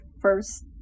first